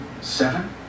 Seven